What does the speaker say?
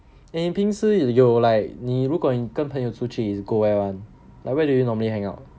eh you 平时 you like 你如果跟朋友出去 is go where [one] like where do you normally hang out